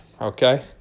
okay